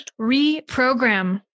reprogram